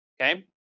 Okay